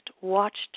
watched